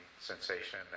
sensation